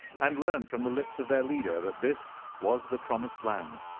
and learned from the lips of their leader that this was the promised land,